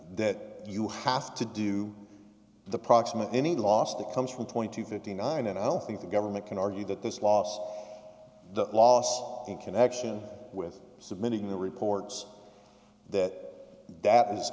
that you have to do the proximate any loss that comes from twenty to fifty nine dollars and i don't think the government can argue that this loss the loss in connection with submitting the reports that that is